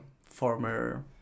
former